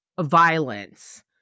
violence